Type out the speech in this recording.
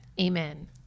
Amen